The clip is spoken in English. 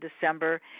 December